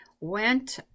went